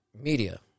media